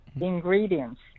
ingredients